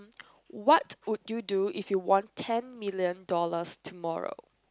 what would you do if you won ten million dollars tomorrow